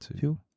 two